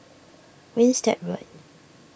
Winstedt Road